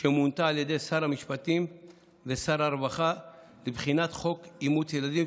שמונתה על ידי שר המשפטים ושר הרווחה לבחינת חוק אימוץ ילדים,